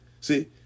See